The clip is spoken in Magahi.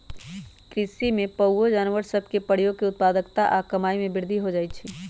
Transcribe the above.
कृषि में पोअउऔ जानवर सभ के प्रयोग से उत्पादकता आऽ कमाइ में वृद्धि हो जाइ छइ